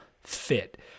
fit